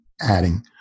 Adding